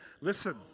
Listen